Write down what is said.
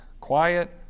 quiet